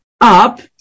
up